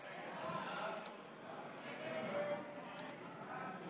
אנחנו עוברים להצבעה אלקטרונית.